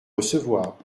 recevoir